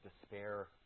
despair